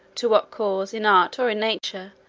to what cause, in art or in nature,